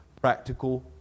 practical